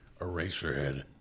Eraserhead